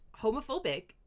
homophobic